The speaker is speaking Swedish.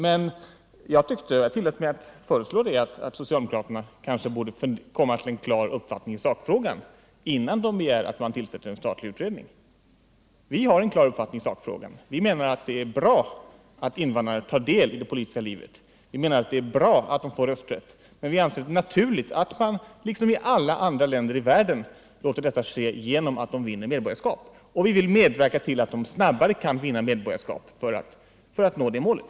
Men jag tillät mig att föreslå att socialdemokraterna borde försöka komma till en klar uppfattning i sakfrågan innan de begär att det tillsätts en statlig utredning. Vi har en klar uppfattning i sakfrågan. Vi anser att det är bra att invandrarna tar del i det politiska livet och att det är bra att de får rösträtt. Men vi anser att det är naturligt att vi här liksom man gjort i alla andra länder i världen låter det ske genom att de vinner medborgarskap. Vi vill medverka till att invandrarna snabbare skall kunna vinna medborgarskap för att nå det målet.